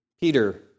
Peter